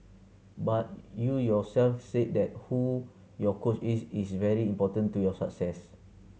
but you yourself said that who your coach is is very important to your success